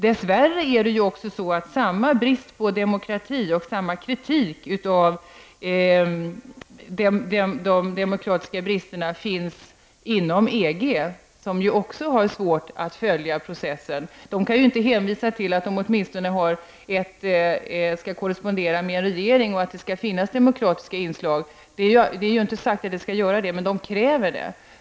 Dess värre finns samma brist på demokrati och samma kritik mot denna brist inom EG, som ju också har svårt att följa processen. De kan ju där inte hänvisa till att de åtminstone skall korrespondera med en regering och att det skall finnas demokratiska inslag. Det är inte sagt att så skall vara fallet, men de kräver det.